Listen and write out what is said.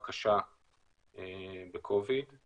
קודם כול,